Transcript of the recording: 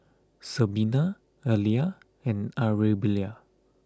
Sabina Alia and Arabella